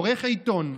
עורך עיתון,